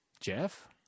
Jeff